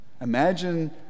Imagine